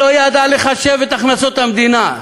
לא ידעה לחשב את הכנסות המדינה.